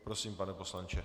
Prosím, pane poslanče.